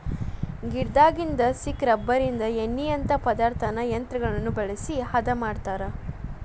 ಗಿಡದಾಗಿಂದ ಸಿಕ್ಕ ರಬ್ಬರಿನ ಎಣ್ಣಿಯಂತಾ ಪದಾರ್ಥಾನ ಯಂತ್ರಗಳನ್ನ ಬಳಸಿ ಹದಾ ಮಾಡತಾರ